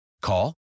Call